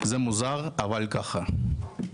זה מוזר אבל ככה.